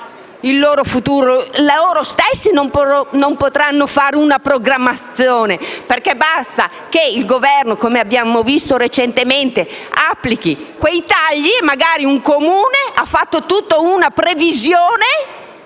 il loro futuro e loro stessi non potranno fare una programmazione, perché basta che il Governo, come abbiamo visto recentemente, applichi dei tagli e un Comune che magari ha fatto una previsione